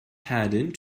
heading